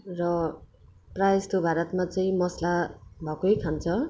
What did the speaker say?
र प्राय जस्तो भातमा चाहिँ मसला भएकै खान्छ